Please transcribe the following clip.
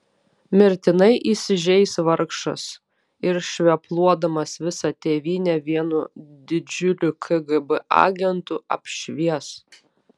mirtinai įsižeis vargšas ir švepluodamas visą tėvynę vienu didžiuliu kgb agentu apšvies